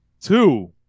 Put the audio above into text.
two